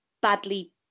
badly